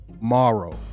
morrow